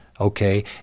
okay